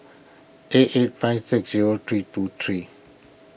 eight eight five six zero three two three